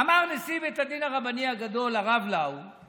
אמר נשיא בית הדין הרבני הגדול הרב לאו על